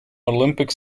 olympic